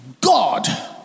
God